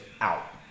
out